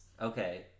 Okay